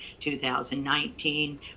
2019